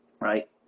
Right